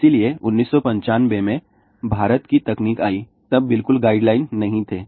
इसलिए 1995 में भारत की तकनीक आई तब बिल्कुल गाइडलाइन नहीं थे